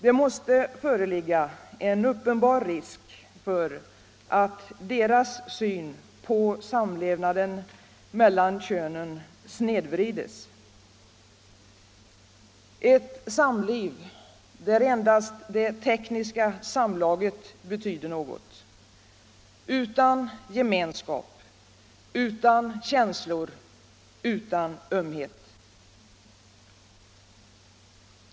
Det måste föreligga en uppenbar risk för att deras syn på samlevnaden mellan könen snedvrides — som ett samliv där endast det tekniska samlaget betyder något, utan gemenskap, utan känslor och utan ömhet.